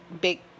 Big